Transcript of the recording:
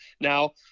now